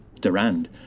Durand